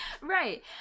right